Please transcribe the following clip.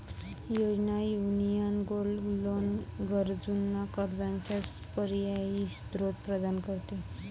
योजना, union gold loan गरजूंना कर्जाचा पर्यायी स्त्रोत प्रदान करते